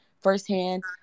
firsthand